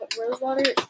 rosewater